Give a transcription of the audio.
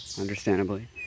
understandably